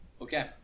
Okay